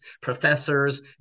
professors